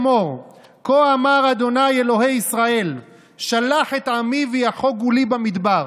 כה אמר ה' אלהי ישראל שלח את עמי ויחגו לי במדבר":